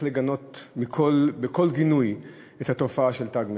לגנות בכל גינוי את התופעה של "תג מחיר".